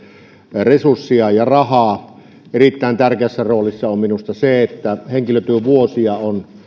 resurssia ja rahaa erittäin tärkeässä roolissa on minusta se että henkilötyövuosia on